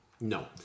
No